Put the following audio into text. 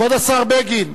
כבוד השר בגין,